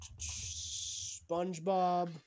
SpongeBob